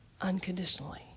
unconditionally